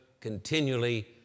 continually